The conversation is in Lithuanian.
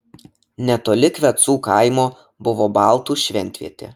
netoli kvecų kaimo buvo baltų šventvietė